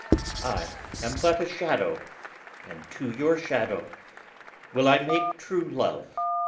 i am but a shadow and to your shadow will i make true love.